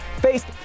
faced